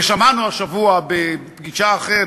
ושמענו השבוע בפגישה אחרת,